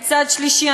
מצד שלישי,